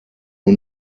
nur